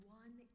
one